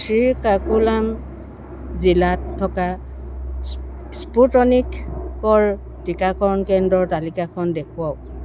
শ্ৰীকাকুলাম জিলাত থকা স্পুটনিকৰ টীকাকৰণ কেন্দ্ৰৰ তালিকাখন দেখুৱাওক